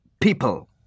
people